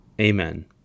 Amen